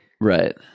right